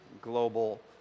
global